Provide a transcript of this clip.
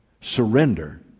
Surrender